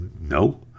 no